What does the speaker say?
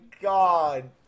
God